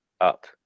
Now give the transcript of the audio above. up